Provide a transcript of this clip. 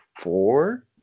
four